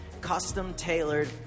custom-tailored